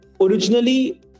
Originally